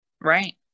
Right